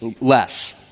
less